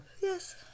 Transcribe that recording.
Yes